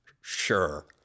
sure